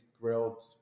grilled